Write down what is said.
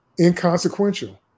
inconsequential